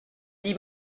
dit